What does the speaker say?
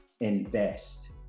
invest